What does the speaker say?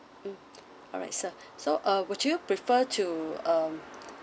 mm alright sir so uh would you prefer to um